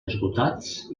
esgotats